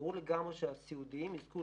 וברור לגמרי שהסיעודיים יזכו